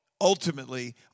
ultimately